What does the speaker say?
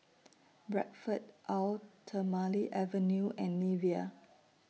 Bradford Eau Thermale Avene and Nivea